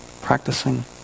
Practicing